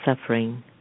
suffering